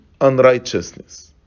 unrighteousness